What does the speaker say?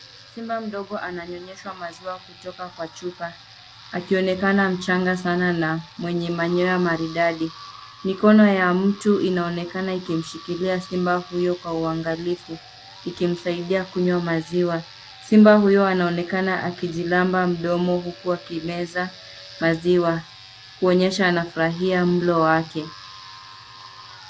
Simba mdogo ananyonyeshwa maziwa kutoka kwa chupa akionekana mchanga sana na mwenye manyoa maridadi. Mikono ya mtu inaonekana ikimshikilia simba huyu kwa uangalifu ikimsaidia kunywa maziwa. Simba huyo anaonekana akijilamba mdomo huku akimeza maziwa, kuonyesha anafurahia mlo wake.